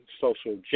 social